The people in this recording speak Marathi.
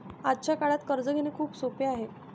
आजच्या काळात कर्ज घेणे खूप सोपे आहे